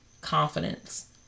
confidence